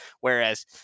whereas